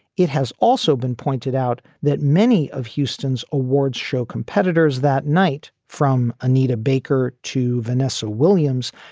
it has also been pointed out that many of houston's awards show competitors that night, from anita baker to vanessa williams,